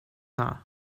dda